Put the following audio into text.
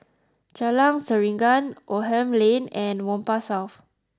Jalan Serengam Oldham Lane and Whampoa South